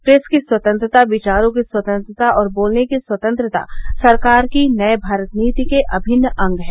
press की स्वतंत्रता विचारों की स्वतंत्रता और बोलने की स्वतंत्रता सरकार की नये भारत नीति के अभिन्न अंग है